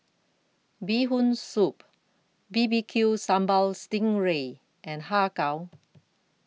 Bee Hoon Soup B B Q Sambal Sting Ray and Har Kow